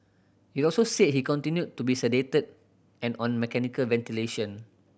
it also said he continued to be sedated and on mechanical ventilation